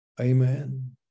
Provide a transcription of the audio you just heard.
Amen